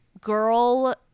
girl